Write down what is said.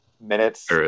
minutes